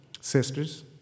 sisters